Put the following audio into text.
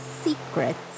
secrets